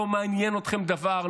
לא מעניין אתכם דבר,